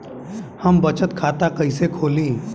हम बचत खाता कइसे खोलीं?